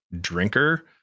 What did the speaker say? drinker